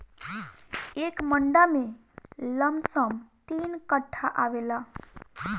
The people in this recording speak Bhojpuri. एक मंडा में लमसम तीन कट्ठा आवेला